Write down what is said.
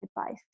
advice